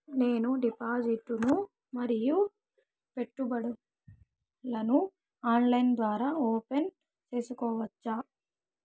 నేను డిపాజిట్లు ను మరియు పెట్టుబడులను ఆన్లైన్ ద్వారా ఓపెన్ సేసుకోవచ్చా?